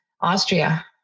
Austria